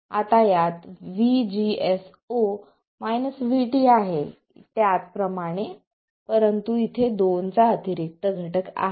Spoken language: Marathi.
आता यात VGS0 VT आहे याप्रमाणेच परंतु इथे 'दोन' चा अतिरिक्त घटक आहे